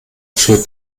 für